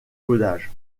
codage